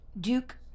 Duke